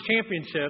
Championship